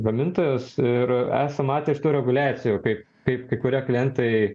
gamintojus ir esam matę iš tų reguliacijų kaip kaip kai kurie klientai